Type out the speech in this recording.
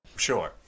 sure